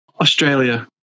Australia